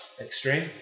extreme